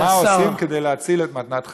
מה עושים כדי להציל את מתנת חיים.